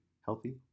healthy